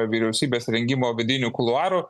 vyriausybės rengimo vidinių kuluarų